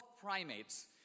primates